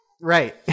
right